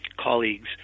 colleagues